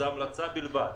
הוא המלצה בלבד,